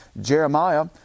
Jeremiah